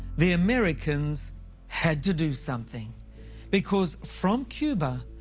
the americans had to do something because from cuba,